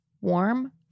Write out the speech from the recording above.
warm